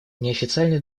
неофициальный